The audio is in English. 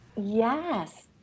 Yes